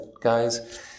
guys